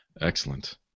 Excellent